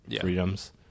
freedoms